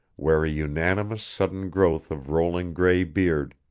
wear a unanimous sudden growth of rolling gray beard.